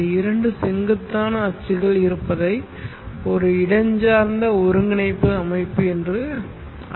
இந்த இரண்டு செங்குத்தான அச்சுகள் இருப்பதை ஒரு இடஞ்சார்ந்த ஒருங்கிணைப்பு அமைப்பு என்று அழைக்கப்படுகிறது